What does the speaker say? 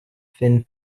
thin